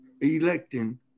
electing